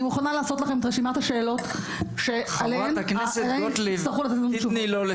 אני מוכנה לעשות לכם את רשימת השאלות שעליהן תצטרכו לתת תשובות.